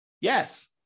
Yes